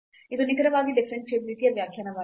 ಇದು ನಿಖರವಾಗಿ ಡಿಫರೆನ್ಷಿಯಾಬಿಲಿಟಿ ಯ ವ್ಯಾಖ್ಯಾನವಾಗಿದೆ